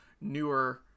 newer